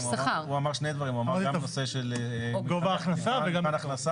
הוא אמר שני דברים - גם מבחינת הכנסה וגם מקצועות.